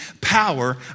power